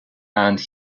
and